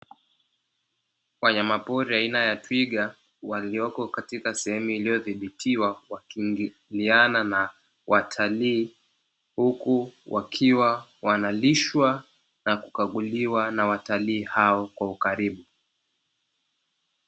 Wanyamapori aina ya twiga, walioko katika sehemu iliyodhibitiwa wakiingiliana na watalii, huku wakiwa wanalishwa na kukaguliwa na watalii hao kwa ukaribu.